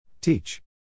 Teach